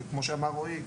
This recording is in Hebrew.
כמו שאמר רועי,